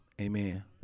amen